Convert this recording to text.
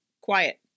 quiet